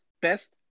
best